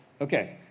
okay